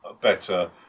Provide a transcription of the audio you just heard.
better